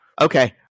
Okay